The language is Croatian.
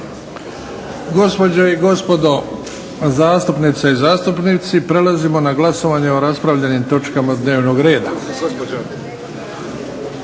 Gospođe i gospodo zastupnice i zastupnici, prelazimo na glasovanje o raspravljenim točkama dnevnog reda.